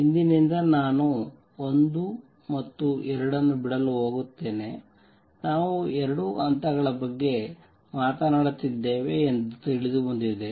ಇಂದಿನಿಂದ ನಾನು 1 ಮತ್ತು 2 ಅನ್ನು ಬಿಡಲು ಹೋಗುತ್ತೇನೆ ನಾವು ಎರಡು ಹಂತಗಳ ಬಗ್ಗೆ ಮಾತನಾಡುತ್ತಿದ್ದೇವೆ ಎಂದು ತಿಳಿದುಬಂದಿದೆ